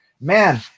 man